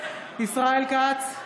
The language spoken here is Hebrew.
ישראל כץ,